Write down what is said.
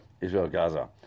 Israel-Gaza